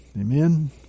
Amen